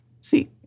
See